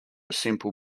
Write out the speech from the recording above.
simple